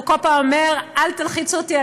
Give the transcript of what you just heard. הוא כל פעם אומר: אל תלחיצו אותי,